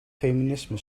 feminisme